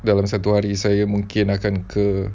dalam satu hari saya mungkin akan ke